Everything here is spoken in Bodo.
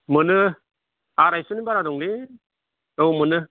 मोनो आरायस'नि बारा दंलै औ मोनो